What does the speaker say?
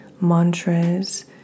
mantras